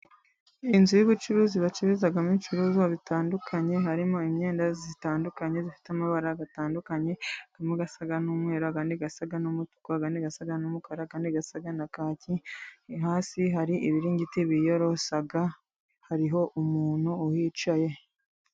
Inzu y'ubucuruzi bacururizamo ibicuruzwa bitandukanye, harimo imyenda itandukanye ifite amabara atandukanye, harimo asa n'umweru ayandi asa n'umutuku ayandi asa n'umukara, ayandi asa na kaki hasi hari ibiringiti biyorosa hariho umuntu uhicaye.